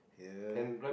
here